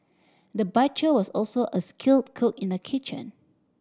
the butcher was also a skilled cook in the kitchen